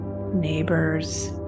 neighbors